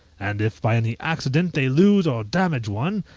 and if by any accident they lose or damage one,